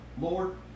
Lord